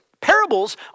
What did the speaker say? Parables